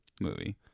movie